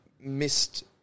missed